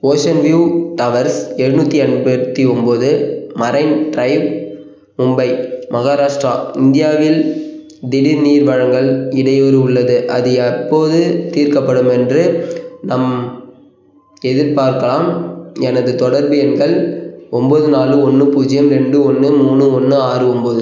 ocean View Towers ஏழ்நூத்தி எண்பத்தி ஒன்போது மரைன் ட்ரைவ் மும்பை மஹாராஷ்ட்ரா இந்தியாவில் திடீர் நீர் வழங்கல் இடையூறு உள்ளது அது எப்போது தீர்க்கப்படும் என்று நம் எதிர்பார்க்கலாம் எனது தொடர்பு எண்கள் ஒன்போது நாலு ஒன்று பூஜ்யம் ரெண்டு ஒன்று மூணு ஒன்று ஆறு ஒன்போது